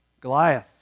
Goliath